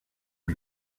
lui